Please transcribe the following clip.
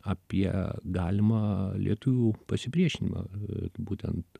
apie galimą lietuvių pasipriešinimą būtent